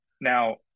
now